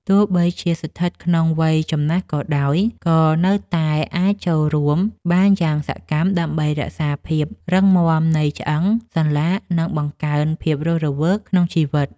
ទោះបីជាស្ថិតក្នុងវ័យចំណាស់ក៏ដោយ ក៏នៅតែអាចចូលរួមបានយ៉ាងសកម្ម ដើម្បីរក្សាភាពរឹងមាំនៃឆ្អឹង សន្លាក់ និងបង្កើនភាពរស់រវើកក្នុងជីវិត។